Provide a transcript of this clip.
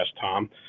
Tom